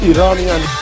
Iranian